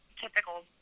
typical